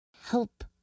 help